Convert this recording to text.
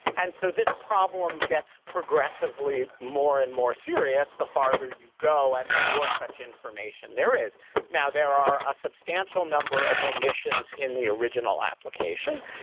and so this problem gets progressively more and more serious. the farther you go and the more such information there is now, there are a substantial number of omissions in the original application.